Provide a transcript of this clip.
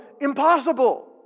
impossible